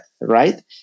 right